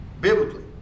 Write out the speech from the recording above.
Biblically